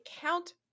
count